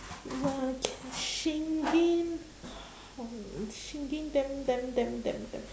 uh can shingen um shingen damn damn damn damn damn